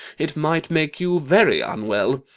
it might make you very unwell.